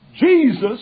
Jesus